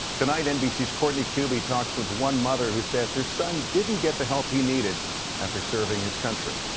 tonight nbc's courtney kube talks with one mother who says her son didn't get the help he needed after serving his country.